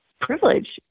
privilege